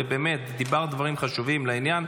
ובאמת דיברת דברים חשובים ולעניין,